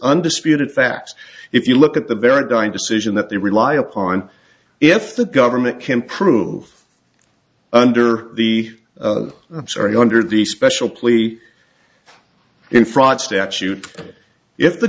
undisputed fact if you look at the very dying decision that they rely upon if the government can prove under the i'm sorry under the special plea in fraud statute if the